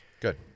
Good